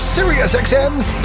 SiriusXM's